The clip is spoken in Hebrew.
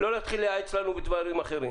לא להתחיל לייעץ לנו בדברים אחרים